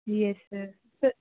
yes sir sir